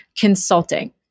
consulting